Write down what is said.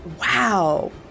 wow